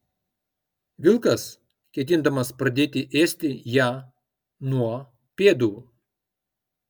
vilkas ketindamas pradėti ėsti ją nuo pėdų